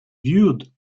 viewed